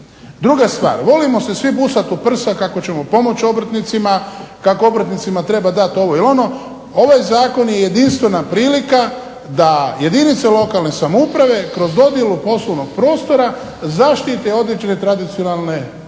Druga stvar. Volimo se svi busat u prsa kako ćemo pomoći obrtnicima, kako obrtnicima treba dati ovo ili ono. Ovaj Zakon je jedinstvena prilika da jedinice lokalne samouprave kroz dodjelu poslovnog prostora zaštite određene tradicionalne obrte.